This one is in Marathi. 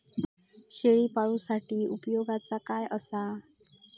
शेळीपाळूसाठी उपयोगाचा काय असा?